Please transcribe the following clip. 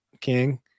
King